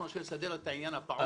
אנחנו עכשיו נסדר את העניין הפעוט הזה.